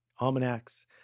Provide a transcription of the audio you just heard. almanacs